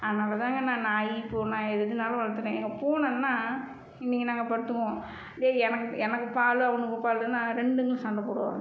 அதனால்தாங்க நான் நாய் பூனை எதுன்னாலும் வளர்த்துக்குவேன் எனக்கு பூனைன்னா இன்றைக்கி நாங்கள் படுத்துக்குவோம் டேய் எனக்கு எனக்கு பால் அவனுக்கு பாலுன்னு ரெண்டுங்களும் சண்டை போடுவானுவோ